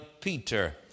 Peter